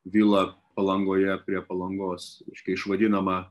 vilą palangoje prie palangos reiškia išvadinama